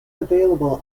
available